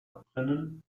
abbrennen